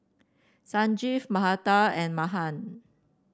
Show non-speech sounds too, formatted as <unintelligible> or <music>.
Sanjeev <unintelligible> and Mahan